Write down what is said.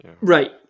Right